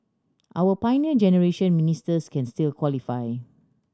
our Pioneer Generation Ministers can still qualify